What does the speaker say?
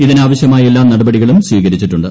ഇതിനാവശ്യമായ എല്ലാ നടപടികളും സ്വീകരിച്ചിട്ടുണ്ട്